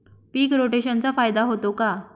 पीक रोटेशनचा फायदा होतो का?